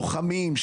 לוחמים,